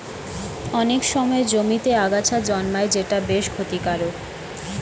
অনেক সময় জমিতে আগাছা জন্মায় যেটা বেশ ক্ষতিকারক